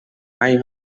mai